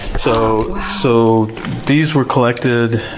so so, these were collected